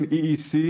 (4) הנחיית (E.C)